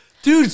Dude